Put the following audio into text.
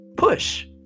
Push